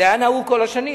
זה היה נהוג כל השנים,